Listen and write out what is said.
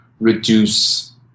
reduce